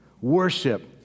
Worship